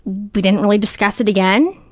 we didn't really discuss it again.